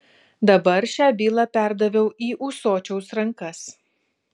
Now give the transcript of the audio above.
dabar šią bylą perdaviau į ūsočiaus rankas